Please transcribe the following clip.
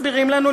מסבירים לנו,